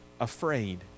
Afraid